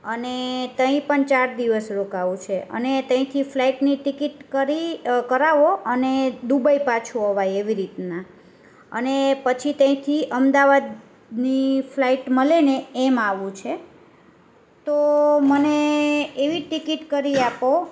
અને ત્યાં પણ ચાર દિવસ રોકાવું છે અને ત્યાંથી ફ્લાઇટની ટિકિટ કરી કરાવો અને દુબઈ પાછું અવાય એવી રીતના અને પછી ત્યાંથી અમદાવાદની ફ્લાઇટ મળેને એમ આવવું છે તો મને એવી ટિકિટ કરી આપો